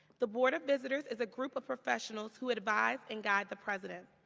the board of visitors is a group of professionals who advise and guide the president.